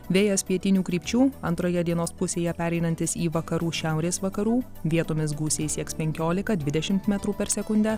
vėjas pietinių krypčių antroje dienos pusėje pereinantis į vakarų šiaurės vakarų vietomis gūsiai sieks penkiolika dvidešim metrų per sekundę